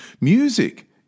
music